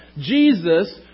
Jesus